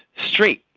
straight,